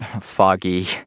foggy